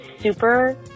super